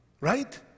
Right